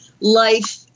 life